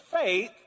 faith